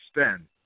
spend